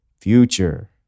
Future